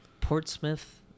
Portsmouth